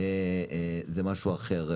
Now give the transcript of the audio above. זה משהו אחר.